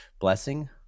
blessing